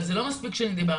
אבל זה לא מספיק שאני דיברתי,